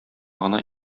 гына